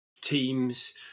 teams